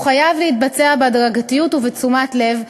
הוא חייב להתבצע בהדרגתיות ובתשומת לב,